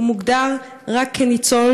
הוא מוגדר רק כניצול,